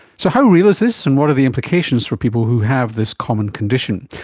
so how real is this and what are the implications for people who have this common condition?